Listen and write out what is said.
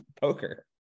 poker